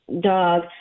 dog